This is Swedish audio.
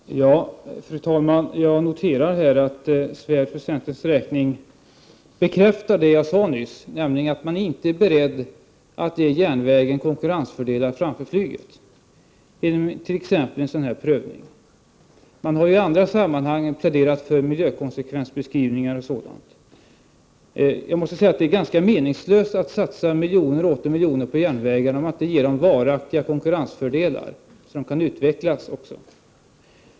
Fru talman! Jag noterar att Anders Svärd för centerns räkning bekräftar det jag sade nyss, nämligen att man inte är beredd att ge järnvägen konkurrensfördelar framför flyget vid t.ex. en sådan här prövning. I andra sammanhang har man pläderat för miljökonsekvensbeskrivningar o.d. Det är ganska meningslöst att satsa miljoner och åter miljoner på järnvägen om man inte ger den varaktiga konkurrensfördelar som även kan utvecklas.